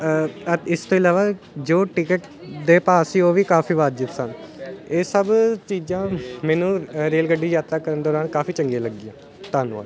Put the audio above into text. ਇਸ ਤੋਂ ਇਲਾਵਾ ਜੋ ਟਿਕਟ ਦੇ ਭਾਅ ਸੀ ਉਹ ਵੀ ਕਾਫੀ ਵਾਜਿਬ ਸਨ ਇਹ ਸਭ ਚੀਜ਼ਾਂ ਮੈਨੂੰ ਰੇਲ ਗੱਡੀ ਯਾਤਰਾ ਕਰਨ ਦੌਰਾਨ ਕਾਫੀ ਚੰਗੀਆਂ ਲੱਗੀਆਂ ਧੰਨਵਾਦ